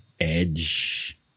edge